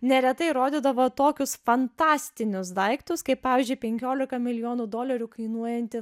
neretai rodydavo tokius fantastinius daiktus kaip pavyzdžiui penkiolika milijonų dolerių kainuojanti